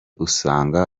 usanga